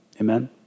amen